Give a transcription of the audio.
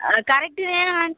ஆ கரெக்ட்டுதேன்